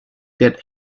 that